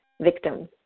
victims